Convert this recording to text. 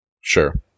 Sure